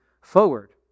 forward